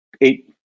eight